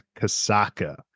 Kasaka